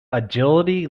agility